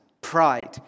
Pride